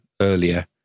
earlier